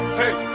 hey